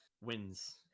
wins